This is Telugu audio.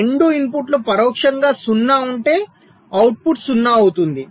రెండూ ఇన్పుట్లు పరోక్షంగా 0 ఉంటే అవుట్పుట్ 0 అవుతుంది